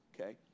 Okay